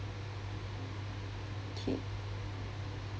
okay